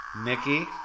Nikki